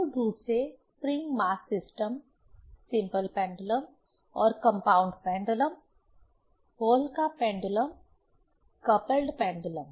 मूल रूप से spring mass system simple pendulum और कंपाउंड पेंडुलम पोहल का pendulum Pohl's pendulum coupled pendulum